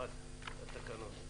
מי נמנע?